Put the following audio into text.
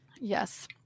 Yes